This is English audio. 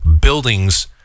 buildings